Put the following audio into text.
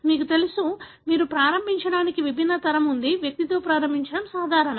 మీకు తెలుసు మీరు ప్రారంభించడానికి విభిన్న తరం ఉంది వ్యక్తితో ప్రారంభించడం సాధారణం